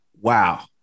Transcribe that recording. Wow